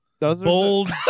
Bold